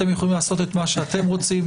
אתם יכולים לעשות מה שאתם רוצים,